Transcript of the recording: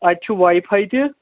اَتہِ چھُ wifi تہِ